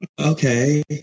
Okay